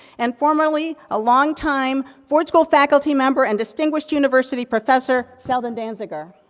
and formerly, a longtime, ford school faculty member, and distinguished university professor, sheldon danziger.